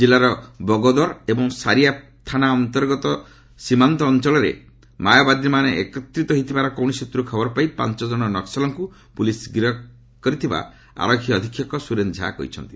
ଜିଲ୍ଲାର ବଗୋଦର ଏବଂ ସାରିଆ ପୁଲିସ୍ ଥାନା ସୀମାରେ ମାଓବାଦୀମାନେ ଏକତ୍ରିତ ହୋଇଥିବାର କୌଣସି ସ୍ୱତ୍ରରୁ ଖବର ପାଇ ପାଞ୍ଚ ଜଣ ନକ୍କଲଙ୍କୁ ପୁଲିସ୍ ଗିରଫ୍ କରିଛି ବୋଲି ଆରକ୍ଷୀ ଅଧିକ୍ଷକ ସୁରେନ୍ଦ୍ର ଝା କହିଛନ୍ତି